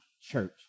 church